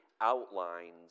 outlines